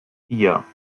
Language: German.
vier